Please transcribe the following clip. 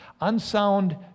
unsound